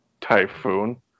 Typhoon